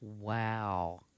Wow